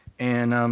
and um